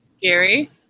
Gary